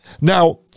now